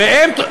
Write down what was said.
והם,